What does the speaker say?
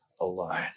alone